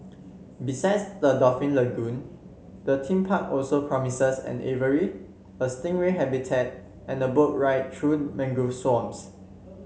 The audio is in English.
besides the dolphin lagoon the theme park also promises an aviary a stingray habitat and boat ride through mangrove swamps